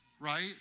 right